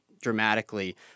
dramatically